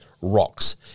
rocks